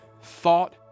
thought